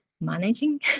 managing